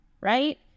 right